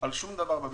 על שום דבר בבטיחות.